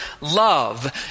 love